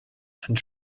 and